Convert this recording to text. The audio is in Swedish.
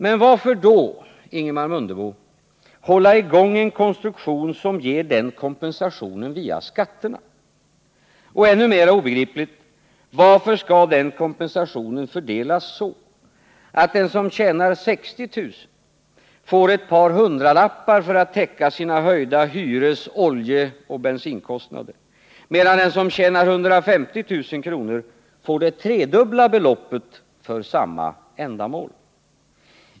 Men varför då, Ingemar Mundebo, hålla i gång en konstruktion som ger den kompensationen via skatterna? Ännu mer obegripligt: Varför skall den kompensationen fördelas så att den som tjänar 60 000 kr. får ett par hundralappar för att täcka sina höjda hyres-, oljeoch bensinkostnader medan den som tjänar 150 000 kr. får det tredubbla beloppet för samma ändamål?